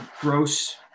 gross